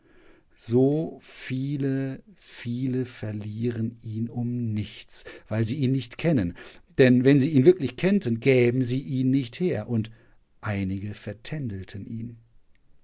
so viele viele verlieren ihn um nichts weil sie ihn nicht kennen denn wenn sie ihn wirklich kennten gäben sie ihn nicht her und einige vertändelten ihn